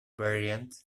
variant